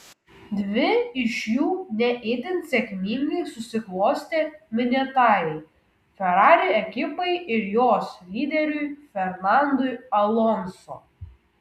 dvi iš jų ne itin sėkmingai susiklostė minėtajai ferrari ekipai ir jos lyderiui fernandui alonso